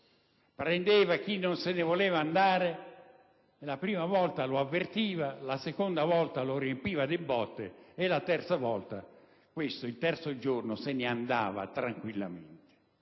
prendeva chi non se ne voleva andare: la prima volta lo avvertiva e la seconda volta lo riempiva di botte. Il terzo giorno, questa persona se ne andava tranquillamente.